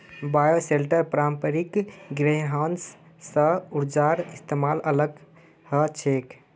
bioshelter पारंपरिक greenhouse स ऊर्जार इस्तमालत अलग ह छेक